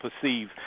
perceive